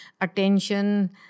attention